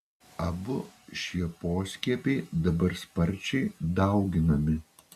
abu šie poskiepiai dabar sparčiai dauginami